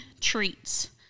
treats